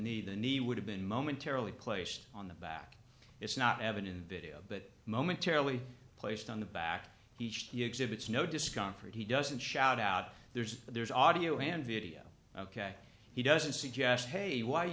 need the knee would have been momentarily placed on the back it's not evident in video but momentarily placed on the back each the exhibits no discomfort he doesn't shout out there's there's audio and video ok he doesn't suggest hey why